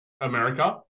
America